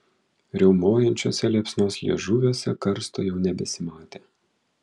riaumojančiuose liepsnos liežuviuose karsto jau nebesimatė